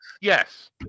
Yes